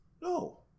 No